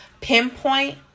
pinpoint